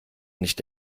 nicht